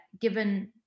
given